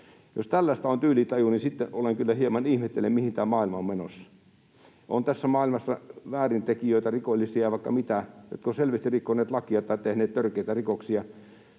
Jos tällaista on tyylitaju, niin sitten kyllä hieman ihmettelen, mihin tämä maailma on menossa. On tässä maailmassa väärintekijöitä, rikollisia ja vaikka ketä, jotka ovat selvästi rikkoneet lakia tai tehneet törkeitä rikoksia,